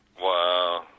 Wow